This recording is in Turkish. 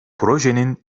projenin